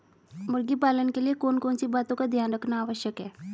मुर्गी पालन के लिए कौन कौन सी बातों का ध्यान रखना आवश्यक है?